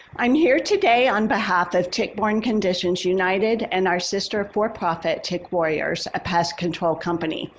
i'm here today on behalf of tick-borne conditions united and our sister for-profit tick warriors, a pest control company.